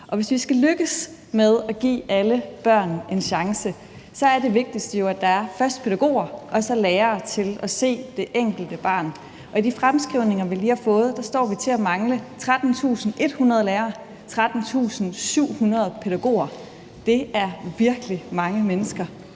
Og hvis vi skal lykkes med at give alle børn en chance, er det vigtigste jo, at der først er pædagoger og så lærere til at se det enkelte barn, og ifølge de fremskrivninger, vi lige har fået, står vi til at mangle 13.100 lærere og 13.700 pædagoger. Det er virkelig mange mennesker.